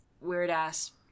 weird-ass